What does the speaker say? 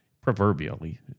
proverbially